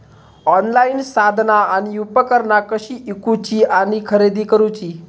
Online साधना आणि उपकरणा कशी ईकूची आणि खरेदी करुची?